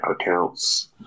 accounts